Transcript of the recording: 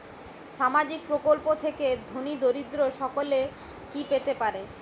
সামাজিক প্রকল্প থেকে ধনী দরিদ্র সকলে কি পেতে পারে?